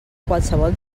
qualsevol